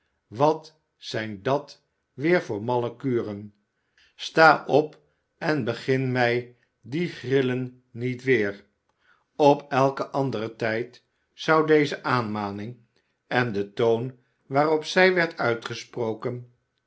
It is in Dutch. wat zijn dat weer voor malle kuren sta op en begin mij die grillen niet weer op eiken anderen tijd zou deze aanmaning en de toon waarop zij werd uitgesproken